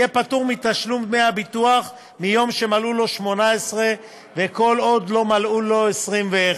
יהיה פטור מתשלום דמי הביטוח מיום שמלאו לו 18 וכל עוד לא מלאו לו 21,